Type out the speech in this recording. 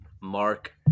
Mark